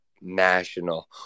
national